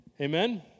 Amen